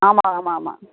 ஆமாம் ஆமாம் ஆமாம்